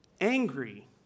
angry